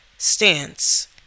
stance